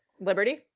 Liberty